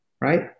right